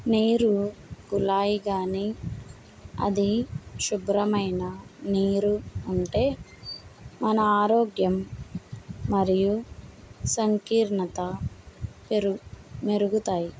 నీరు కులాయి గాని అది శుభ్రమైన నీరు ఉంటే మన ఆరోగ్యం మరియు సంకీర్ణత పెరుగు మెరుగుతాయ్